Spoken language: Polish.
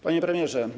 Panie Premierze!